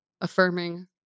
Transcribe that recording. affirming